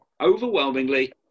Overwhelmingly